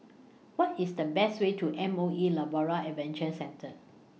What IS The fastest Way to M O E Labrador Adventure Centre